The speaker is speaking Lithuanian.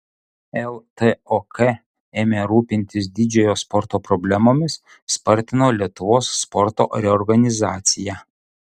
ltok ėmė rūpintis didžiojo sporto problemomis spartino lietuvos sporto reorganizaciją